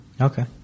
Okay